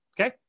Okay